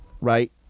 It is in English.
right